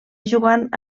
jugant